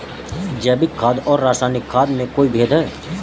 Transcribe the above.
जैविक खाद और रासायनिक खाद में कोई भेद है?